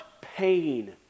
pain